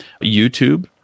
YouTube